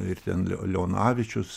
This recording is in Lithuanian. ir ten leonavičius